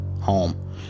home